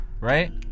Right